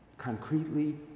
concretely